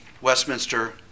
Westminster